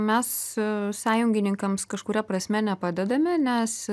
mes sąjungininkams kažkuria prasme nepadedame nes